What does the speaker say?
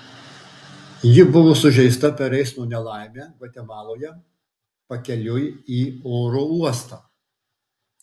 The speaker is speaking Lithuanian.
ji buvo sužeista per eismo nelaimę gvatemaloje pakeliui į oro uostą